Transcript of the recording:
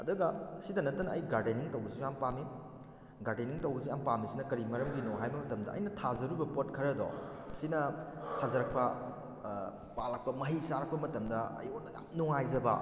ꯑꯗꯨꯒ ꯁꯤꯗ ꯅꯠꯇꯅ ꯑꯩ ꯒꯥꯔꯗꯦꯅꯤꯡ ꯇꯧꯕꯁꯨ ꯌꯥꯝ ꯄꯥꯝꯃꯤ ꯒꯥꯔꯗꯦꯅꯤꯡ ꯇꯧꯕꯁꯤ ꯌꯥꯝ ꯄꯥꯝꯂꯤꯁꯤꯅ ꯀꯔꯤ ꯃꯔꯝꯒꯤꯅꯣ ꯍꯥꯏꯕ ꯃꯇꯝꯗ ꯑꯩꯅ ꯊꯥꯖꯔꯨꯕ ꯄꯣꯠ ꯈꯔꯗꯣ ꯁꯤꯅ ꯐꯖꯔꯛꯄ ꯄꯥꯜꯂꯛꯄ ꯃꯍꯩ ꯆꯥꯔꯛꯄ ꯃꯇꯝꯗ ꯑꯩꯉꯣꯟꯗ ꯌꯥꯝ ꯅꯨꯡꯉꯥꯏꯖꯕ